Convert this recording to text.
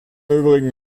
übrigen